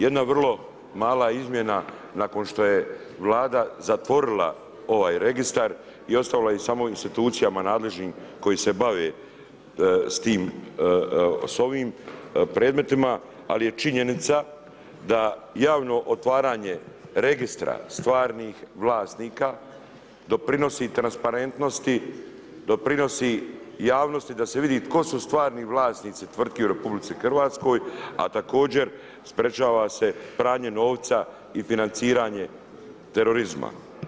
Jedna vrlo mala izmjena, nakon što je Vlada zatvorila ovaj registar i ostavila ih samo institucijama nadležnim koje se bave s ovim predmetima, ali je činjenica da javno otvaranje registra stvarnih vlasnika doprinosi transparentnosti, doprinosi javnosti da se vidi tko su stvarni vlasnici tvrtki u RH, a također sprečava se pranje novca i financiranje terorizma.